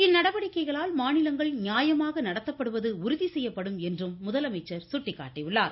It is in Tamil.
இந்நடவடிக்கைகளால் மாநிலங்கள் நியாயமாக நடத்தப்படுவது உறுதி செய்யப்படும் என்றும் முதலமைச்சர் சுட்டிக்காட்டியுள்ளார்